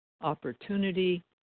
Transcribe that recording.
opportunity